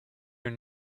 your